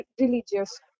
religious